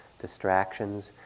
distractions